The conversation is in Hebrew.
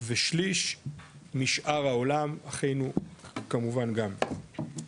ושליש משאר העולם, אחינו, כמובן גם.